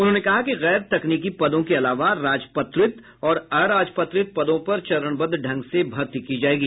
उन्होंने कहा कि गैर तकनीकी पदों के अलावा राजपत्रित और अराजपत्रित पदों पर चरणबद्व ढंग से भर्ती की जाएगी